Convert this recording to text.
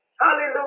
hallelujah